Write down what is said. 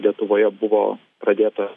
lietuvoje buvo pradėta